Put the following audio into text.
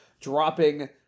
dropping